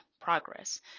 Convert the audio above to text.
progress